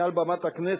מעל במת הכנסת,